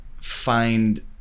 find